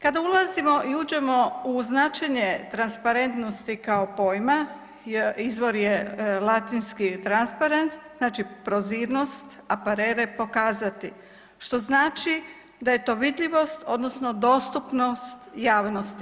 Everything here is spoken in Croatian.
Kada ulazimo i uđemo u značenje transparentnosti kao pojma, izvor je latinski transparens, znači prozirnost, a parere pokazati što znači da je to vidljivost odnosno dostupnost javnosti.